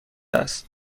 است